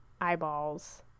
eyeballs